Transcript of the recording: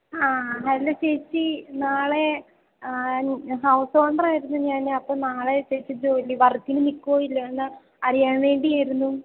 ആ ഹലോ ചേച്ചി നാളെ ഹൗസ് ഓണർ വരുമ്പം ഞാൻ അപ്പം നാളെ ചേച്ചി ജോലി വര്ക്കിന് നിൽക്കുമോ ഇല്ലയോന്ന് അറിയാന് വേണ്ടിയായിരുന്നു